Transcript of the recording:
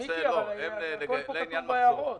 מיקי, אבל הכול פה כתוב בהערות.